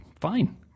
fine